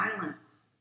violence